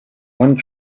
one